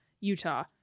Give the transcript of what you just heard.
utah